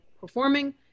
performing